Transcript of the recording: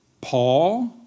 Paul